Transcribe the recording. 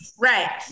right